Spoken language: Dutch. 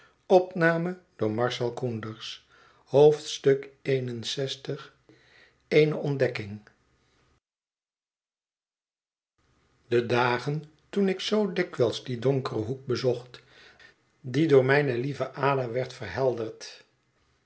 eene ontdekking de dagen toen ik zoo dikwijls dien donkeren hoek bezocht die door mijne lieve ada werd verhelderd